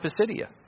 Pisidia